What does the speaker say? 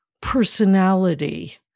personality